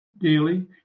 daily